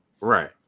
Right